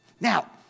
Now